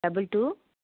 double two